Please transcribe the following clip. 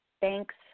thanks